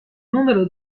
numero